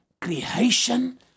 creation